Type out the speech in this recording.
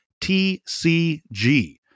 TCG